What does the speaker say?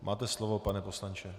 Máte slovo, pane poslanče.